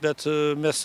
bet mes